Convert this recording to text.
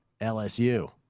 LSU